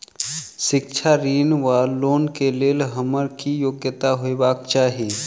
शिक्षा ऋण वा लोन केँ लेल हम्मर की योग्यता हेबाक चाहि?